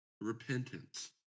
repentance